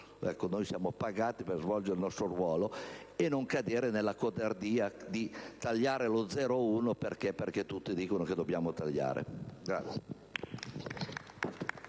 sono pagati per svolgere il loro ruolo, senza però cadere nella codardia di tagliare lo 0,1 perché tutti dicono che dobbiamo tagliare.